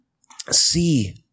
see